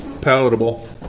palatable